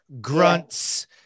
grunts